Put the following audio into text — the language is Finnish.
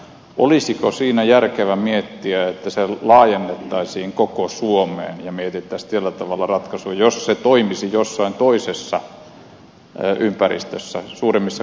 olisiko siinä järkevää miettiä että se laajennettaisiin koko suomeen ja mietittäisiin sillä tavalla ratkaisua jos se toimisi jossain toisessa ympäristössä esimerkiksi suuremmissa kasvukeskuksissa paremmin